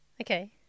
Okay